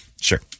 Sure